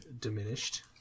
diminished